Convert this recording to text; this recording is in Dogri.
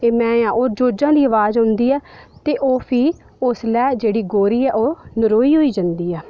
ते में आं ओह् जोजां दी अवाज़ औंदी ऐ ते ओह् फ्ही उसलै जेह्ड़ी कौड़ी ऐ ओह् नरोई होई जंदी ऐ